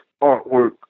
artwork